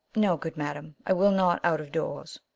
no, good madam i will not out of doors.